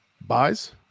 buys